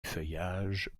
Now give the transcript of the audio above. feuillage